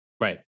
Right